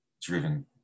driven